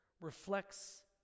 reflects